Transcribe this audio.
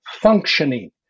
functioning